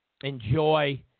enjoy